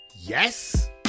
Yes